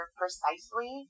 precisely